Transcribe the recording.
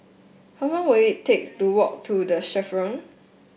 how long will it take to walk to The Chevrons